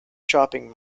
shopping